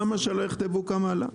למה שלא יכתבו כמה עלה?